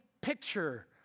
picture